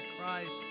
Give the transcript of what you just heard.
Christ